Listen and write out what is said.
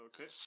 Okay